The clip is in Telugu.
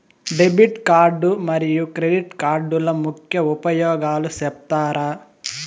డెబిట్ కార్డు మరియు క్రెడిట్ కార్డుల ముఖ్య ఉపయోగాలు సెప్తారా?